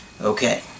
Okay